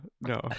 no